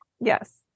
Yes